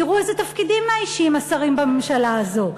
תראו איזה תפקידים מאיישים השרים בממשלה הזאת.